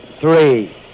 three